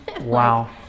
Wow